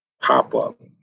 pop-up